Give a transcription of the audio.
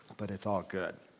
but it's all good,